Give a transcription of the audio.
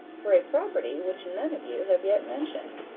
for a property which none of you have yet mentioned.